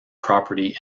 property